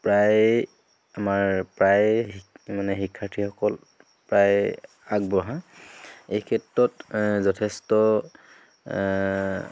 প্ৰায় আমাৰ প্ৰায়ে শিক মানে শিক্ষাৰ্থীসকল প্ৰায়ে আগবঢ়া এই ক্ষেত্ৰত যথেষ্ট